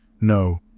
No